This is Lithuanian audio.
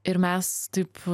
ir mes taip